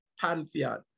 pantheon